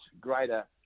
greater